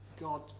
God